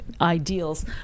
ideals